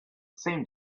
seemed